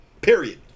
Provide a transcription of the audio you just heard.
Period